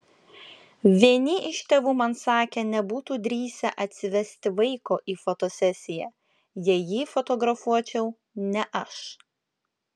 vieni iš tėvų man sakė nebūtų drįsę atsivesti vaiko į fotosesiją jei jį fotografuočiau ne aš